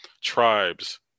tribes